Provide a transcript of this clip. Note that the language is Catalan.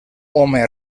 home